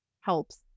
helps